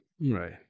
Right